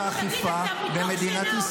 תראי מי מנהל את מדיניות האכיפה במדינת ישראל.